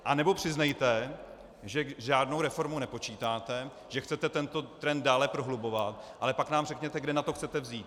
Anebo přiznejte, že s žádnou reformou nepočítáte, že chcete tento trend dále prohlubovat, ale pak nám řekněte, kde na to chcete vzít.